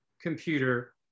computer